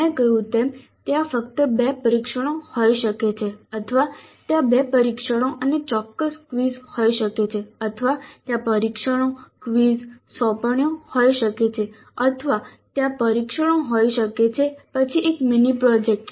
મેં કહ્યું તેમ ત્યાં ફક્ત 2 પરીક્ષણો હોઈ શકે છે અથવા ત્યાં 2 પરીક્ષણો અને ચોક્કસ ક્વિઝ હોઈ શકે છે અથવા ત્યાં પરીક્ષણો ક્વિઝ સોંપણીઓ હોઈ શકે છે અથવા ત્યાં પરીક્ષણો હોઈ શકે છે પછી એક મિની પ્રોજેક્ટ